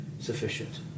sufficient